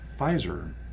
Pfizer